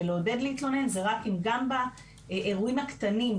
לעודד להתלונן זה רק אם גם האירועים הקטנים,